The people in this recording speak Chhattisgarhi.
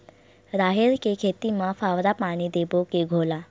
राहेर के खेती म फवारा पानी देबो के घोला?